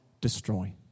destroy